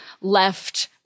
left